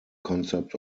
concept